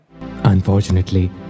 Unfortunately